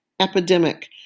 epidemic